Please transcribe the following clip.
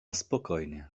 spokojnie